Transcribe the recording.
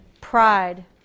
pride